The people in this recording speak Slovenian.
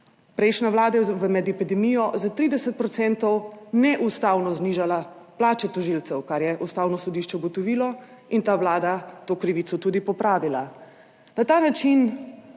Prejšnja Vlada je med epidemijo za 30 % neustavno znižala plače tožilcev, kar je Ustavno sodišče ugotovilo. In ta Vlada je to krivico tudi popravila.